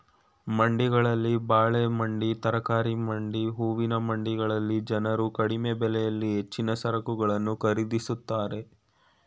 ಮಂಡಿಗಳಲ್ಲಿ ಬಾಳೆ ಮಂಡಿ, ತರಕಾರಿ ಮಂಡಿ, ಹೂವಿನ ಮಂಡಿಗಳಲ್ಲಿ ಜನರು ಕಡಿಮೆ ಬೆಲೆಯಲ್ಲಿ ಹೆಚ್ಚಿನ ಸರಕುಗಳನ್ನು ಖರೀದಿಸುತ್ತಾರೆ